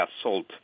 assault